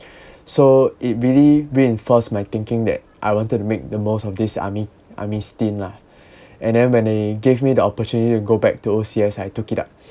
so it really reinforced my thinking that I wanted to make the most of this army army stint lah and then when they gave me the opportunity to go back to O_C_S I took it up